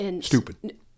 stupid